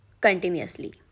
continuously